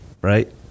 right